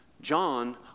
John